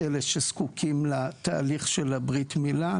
אלה שזקוקים לתהליך של ברית מילה.